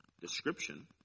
description